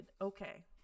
okay